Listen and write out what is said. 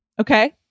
Okay